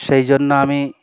সেই জন্য আমি